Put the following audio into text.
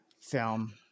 film